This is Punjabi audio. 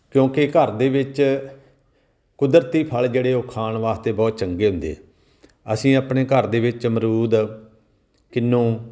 ਕਿਉਂਕਿ ਘਰ ਦੇ ਵਿੱਚ ਕੁਦਰਤੀ ਫਲ ਜਿਹੜੇ ਉਹ ਖਾਣ ਵਾਸਤੇ ਬਹੁਤ ਚੰਗੇ ਹੁੰਦੇ ਆ ਅਸੀਂ ਆਪਣੇ ਘਰ ਦੇ ਵਿੱਚ ਅਮਰੂਦ ਕਿੰਨੂ